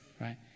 right